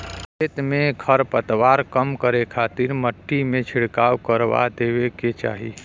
खेत से खरपतवार कम करे खातिर मट्टी में छिड़काव करवा देवे के चाही